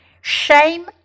shame